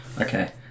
Okay